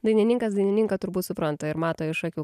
dainininkas dainininką turbūt supranta ir mato iš akių